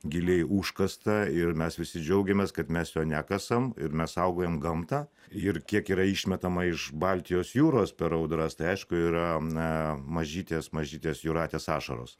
giliai užkasta ir mes visi džiaugiamės kad mes jo nekasam ir mes saugojam gamtą ir kiek yra išmetama iš baltijos jūros per audras tai aišku yra n mažytės mažytės jūratės ašaros